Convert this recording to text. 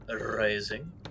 rising